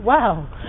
Wow